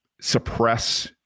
suppress